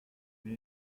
mais